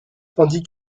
tandis